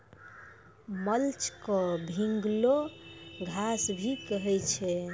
mulch क भींगलो घास भी कहै छै